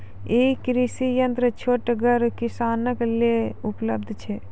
ई कृषि यंत्र छोटगर किसानक लेल उपलव्ध छै?